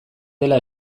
dela